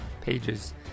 pages